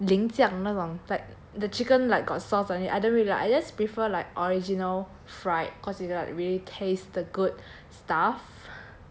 淋淋酱那种 like the chicken like got sauce on it I don't really like I just prefer like original fried cause it like really taste the good stuff